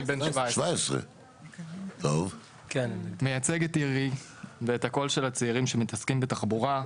אני בן 17. מייצג את עירי ואת הקול של הצעירים שמתעסקים בתחבורה,